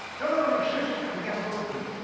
no, no, no, shush. we've got to go quickly.